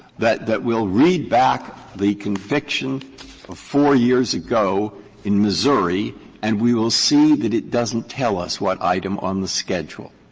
that that we'll read back the conviction of four years ago in missouri and we will see that it doesn't tell us what item on the schedule.